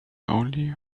only